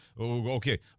Okay